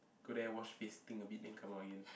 go there wash face think a bit then come out again